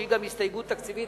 שהיא גם הסתייגות תקציבית.